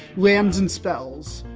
lands and spells.